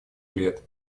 лет